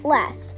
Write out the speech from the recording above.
Less